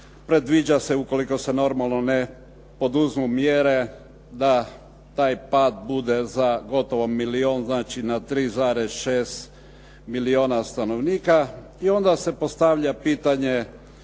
predviđa se ukoliko se normalno ne poduzmu mjere da taj pad bude za gotovo milijun, znači na 3,6 milijuna stanovnika. I onda se postavlja pitanje